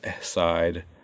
side